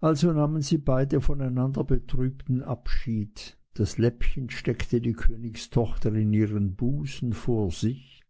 also nahmen beide voneinander betrübten abschied das läppchen steckte die königstochter in ihren busen vor sich